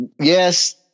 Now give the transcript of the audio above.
Yes